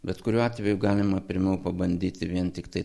bet kuriuo atveju galima pirmiau pabandyti vien tiktai